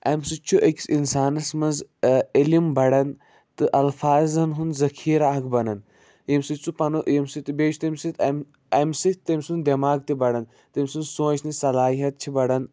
اَمہِ سۭتۍ چھُ أکِس اِنسانس منٛز علِم بڑان تہٕ الفاظن ہُنٛد ذخیرٕ اکھ بَنان ییٚمہِ سۭتۍ سُہ پنُن ییٚمہِ سۭتۍ تہٕ بیٚیہِ چھُ تَمہِ سۭتۍ اَمہِ اَمہِ سۭتۍ تَمہِ سُنٛد دٮ۪ماغ تہِ بڑن تَمہِ سُنٛد سونٛچنٕچ صلاحیت چھِ بَڑان